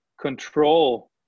control